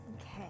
Okay